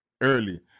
Early